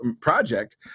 project